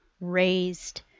raised